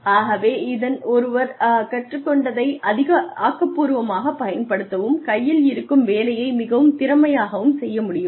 ஆகவே இதன் ஒருவர் கற்றுக்கொண்டதை ஆக்கப்பூர்வமாகப் பயன்படுத்தவும் கையில் இருக்கும் வேலையை மிகவும் திறமையாகவும் செய்ய முடியும்